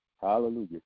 hallelujah